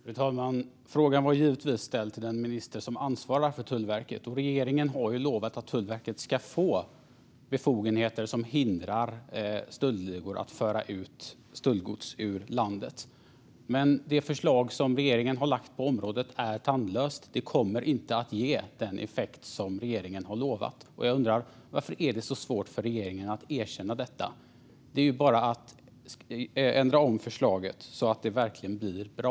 Fru talman! Frågan var givetvis ställd till den minister som ansvarar för Tullverket. Regeringen har lovat att Tullverket ska få befogenheter som hindrar stöldligor att föra ut stöldgods ur landet. Det förslag som regeringen har lagt på området är tandlöst och kommer inte att ge den effekt som regeringen har lovat. Jag undrar: Varför är det så svårt för regeringen att erkänna detta? Det är ju bara att ändra förslaget så att det verkligen blir bra.